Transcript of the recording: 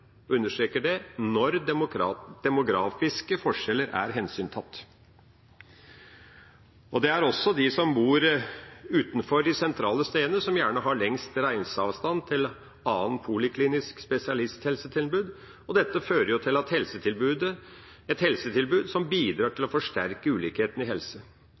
understreker det – demografiske forskjeller er hensyntatt. Det er også de som bor utenfor de sentrale stedene, som gjerne har lengst reiseavstand til annet poliklinisk spesialisthelsetilbud, og dette fører jo til et helsetilbud som bidrar til å forsterke ulikhetene i helse.